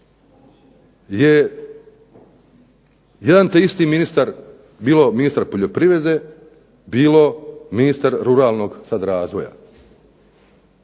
je jedan te isti ministar, bilo ministar poljoprivrede, bilo ministar ruralnog sad razvoja